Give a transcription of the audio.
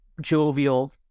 jovial